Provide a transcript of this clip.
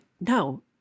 no